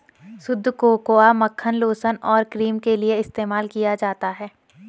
शुद्ध कोकोआ मक्खन लोशन और क्रीम के लिए इस्तेमाल किया जाता है